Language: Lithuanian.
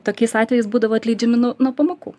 tokiais atvejais būdavo atleidžiami nuo nuo pamokų